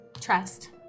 Trust